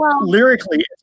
lyrically